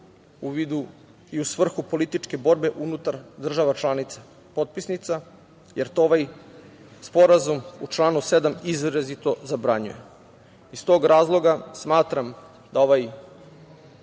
u vidu i u svrhu političke borbe unutar država članica potpisnica, jer to ovaj sporazum u članu 7. izrazito zabranjuje. Iz tog razloga smatram da za